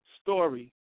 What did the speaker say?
story